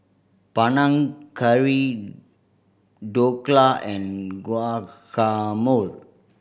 Panang Curry Dhokla and Guacamole